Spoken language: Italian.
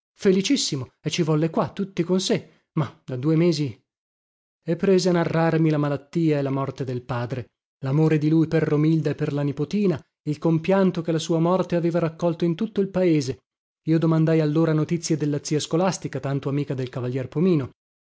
e ci volle qua tutti con sé mah da due mesi e prese a narrarmi la malattia e la morte del padre lamore di lui per romilda e per la nipotina il compianto che la sua morte aveva raccolto in tutto il paese io domandai allora notizie della zia scolastica tanto amica del cavalier pomino